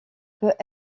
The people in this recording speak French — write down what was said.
peut